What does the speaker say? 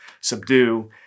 subdue